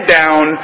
down